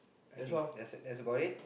I think that's that's about it